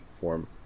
form